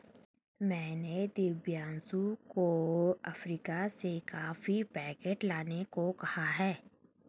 मैंने दीपांशु को अफ्रीका से कॉफी पैकेट लाने को कहा है